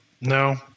No